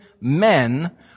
men